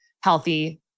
healthy